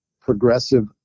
progressive